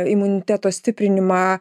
imuniteto stiprinimą